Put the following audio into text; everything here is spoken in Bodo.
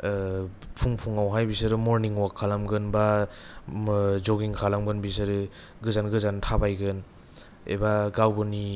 फुं फुं आवहाय बिसोरो मर्निं वाक खालामगोन बा ओम जगिं खालामगोन बिसोरो गोजान गोजान थाबायगोन एबा गावनि